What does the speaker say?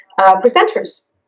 presenters